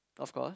of course